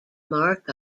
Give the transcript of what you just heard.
mark